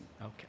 Okay